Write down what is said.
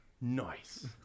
Nice